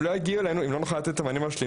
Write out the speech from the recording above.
הם לא יגיעו אלינו אם לא נוכל לתת את המענים השלמים.